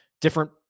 Different